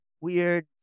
weird